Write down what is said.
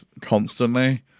constantly